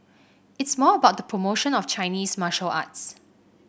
it's more about the promotion of Chinese martial arts